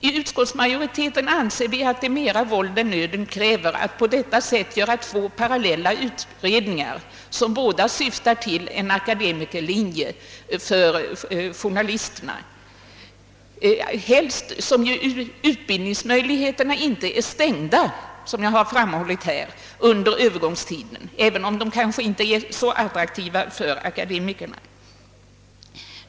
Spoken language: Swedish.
I utskottsmajoriteten anser vi det vara mera våld än nöden kräver att på detta sätt göra två parallella utredningar, som båda syftar till en akademikerlinje för journalister, allra helst som ju utbildningsmöjligheterna — som jag framhållit — inte är stängda under övergångstiden, även om de kanske inte är så attraktiva för akademikerna.